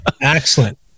Excellent